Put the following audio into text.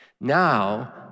Now